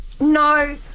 No